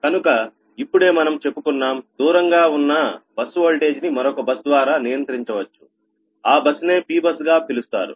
కనుక ఇప్పుడే మనం చెప్పుకున్నాం దూరంగా ఉన్నా బస్ ఓల్టేజ్ ని మరొక బస్ ద్వారా నియంత్రించవచ్చు ఆ బస్ నే P బస్ గా పిలుస్తారు